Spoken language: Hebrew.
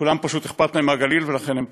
כולם פשוט אכפת להם מהגליל, ולכן הם פה.